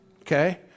Okay